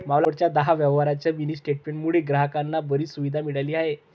शेवटच्या दहा व्यवहारांच्या मिनी स्टेटमेंट मुळे ग्राहकांना बरीच सुविधा मिळाली आहे